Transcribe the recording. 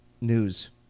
news